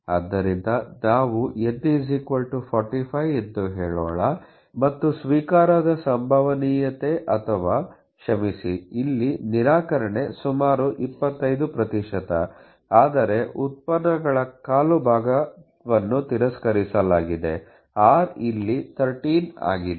ಆದ್ದರಿಂದ ನಾವು n 45 ಎಂದು ಹೇಳೋಣ ಮತ್ತು ಸ್ವೀಕಾರದ ಸಂಭವನೀಯತೆ ಅಥವಾ ಕ್ಷಮಿಸಿ ಇಲ್ಲಿ ನಿರಾಕರಣೆ ಸುಮಾರು 25 ಅಂದರೆ ಉತ್ಪನ್ನಗಳ ಕಾಲು ಭಾಗವನ್ನು ತಿರಸ್ಕರಿಸಲಾಗಿದೆ r ಇಲ್ಲಿ 13 ಆಗಿದೆ